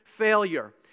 failure